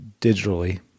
digitally